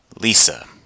Lisa